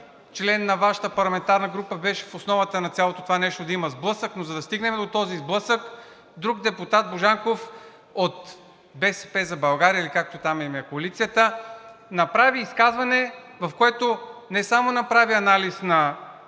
член на Вашата парламентарна група беше в основата на цялото това нещо да има сблъсък, но за да стигнем до този сблъсък, друг депутат – Божанков, от „БСП за България“, или както там е Коалицията им, направи изказване, в което не само направи анализ на